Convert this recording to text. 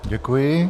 Děkuji.